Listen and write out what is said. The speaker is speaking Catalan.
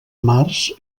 març